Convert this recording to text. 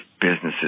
businesses